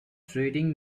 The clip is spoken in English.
treating